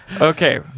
Okay